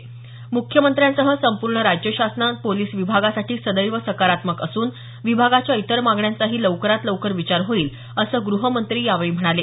म्ख्यमंत्र्यांसह संपूर्ण राज्य शासन पोलीस विभागासाठी सदैव सकारात्मक असून विभागाच्या इतर मागण्यांचाही लवकरात लवकर विचार होईल असं गृहमंत्री देशमुख यांनी यावेळी सांगितलं